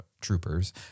troopers